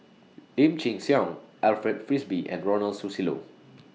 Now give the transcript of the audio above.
Lim Chin Siong Alfred Frisby and Ronald Susilo